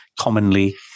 commonly